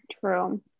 True